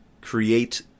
create